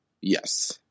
Yes